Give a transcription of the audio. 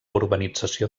urbanització